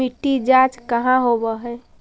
मिट्टी जाँच कहाँ होव है?